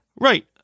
right